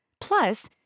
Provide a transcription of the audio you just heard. Plus